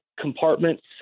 compartments